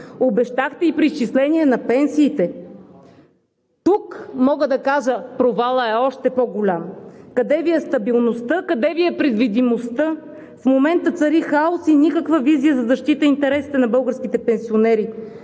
обещахте и преизчисление на пенсиите. Тук мога да кажа, че провалът е още по-голям. Къде Ви е стабилността, къде Ви е предвидимостта? В момента цари хаос и няма никаква визия за защита на интересите на българските пенсионери.